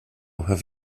have